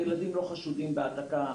הילדים לא חשודים בהעתקה,